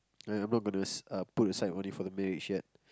I'm not gonna put aside money for the marriage yet